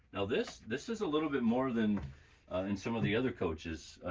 now this this is a little bit more than in some of the other coaches,